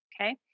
okay